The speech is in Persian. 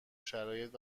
شرایط